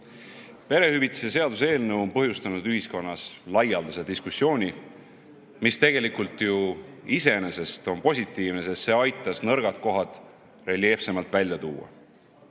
Perehüvitiste seaduse eelnõu on põhjustanud ühiskonnas laialdase diskussiooni, mis tegelikult iseenesest on ju positiivne, sest see aitas nõrgad kohad reljeefsemalt välja tuua.